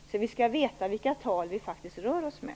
Vi skall veta vilka tal vi faktiskt rör oss med.